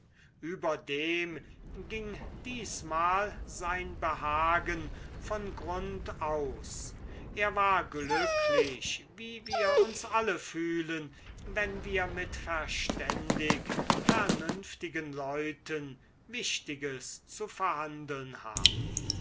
überdem ging diesmal sein behagen von grund aus er war glücklich wie wir uns alle fühlen wenn wir mit verständig vernünftigen leuten wichtiges zu verhandeln haben